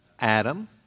Adam